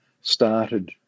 started